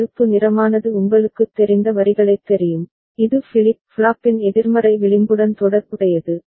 இந்த பழுப்பு நிறமானது உங்களுக்குத் தெரிந்த வரிகளைத் தெரியும் இது ஃபிளிப் ஃப்ளாப்பின் எதிர்மறை விளிம்புடன் தொடர்புடையது